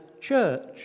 church